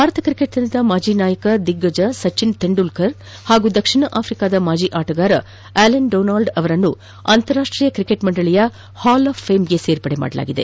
Bharat cricket ತಂಡದ ಮಾಜಿ ನಾಯಕ ದಿಗ್ಗಜ ಸಚಿನ್ ತೆಂಡೂಲ್ಲರ್ ಹಾಗೂ ದಕ್ಷಿಣ ಆಫ್ರಿಕಾದ ಮಾಜಿ ಆಟಗಾರ ಅಲನ್ ಡೊನಾಲ್ಡ್ ಅವರನ್ನು ಅಂತಾರಾಷ್ಟೀಯ ಕ್ರಿಕೆಟ್ ಮಂಡಳಿಯ ಹಾಲ್ ಆಫ್ ಫೇಮ್ಗೆ ಸೇರ್ಪಡೆ ಮಾಡಲಾಗಿದೆ